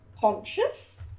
conscious